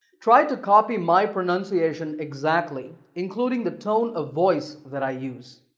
try to copy my pronunciation exactly including the tone of voice that i use.